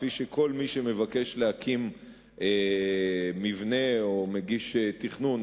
כפי שכל מי שמבקש להקים מבנה או מגיש תכנון,